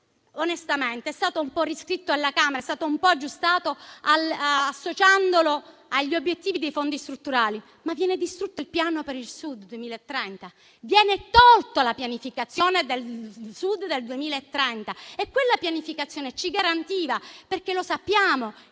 è stato un po' riscritto alla Camera e un po' aggiustato, associandolo agli obiettivi dei fondi strutturali, ma viene distrutto il Piano per il Sud 2030, viene tolta la pianificazione del Sud del 2030 e quella pianificazione ci garantiva. Lo sappiamo: